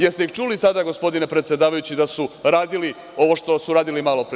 Jeste ih čuli tada, gospodine predsedavajući, da su radili ovo što su radili malopre?